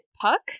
Puck